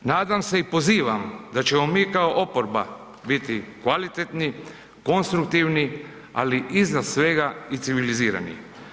Nadam se i pozivam da ćemo mi kao oporba biti kvalitetni, konstruktivni, ali iznad svega i civilizirani.